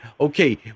okay